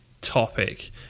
topic